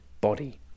body